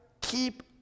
keep